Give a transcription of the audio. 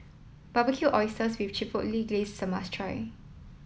Barbecued Oysters with Chipotle Glaze is a must try